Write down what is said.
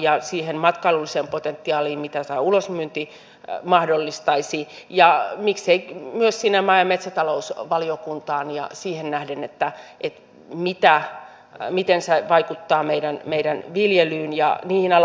ja siihen matkailulliseen potentiaaliin mitä tämä ulosmyynti mahdollistaisi ja miksei myös sinne maa ja metsätalousvaliokuntaan siihen nähden miten se vaikuttaa meidän viljelyyn ja niihin aloihin